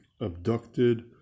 abducted